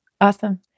Awesome